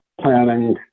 planning